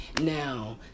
Now